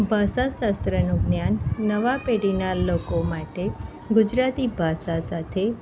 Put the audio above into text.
ભાષા શાસ્ત્રનું જ્ઞાન નવા પેઢીનાં લોકો માટે ગુજરાતી ભાષા સાથે